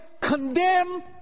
condemn